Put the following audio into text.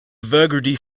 verdigris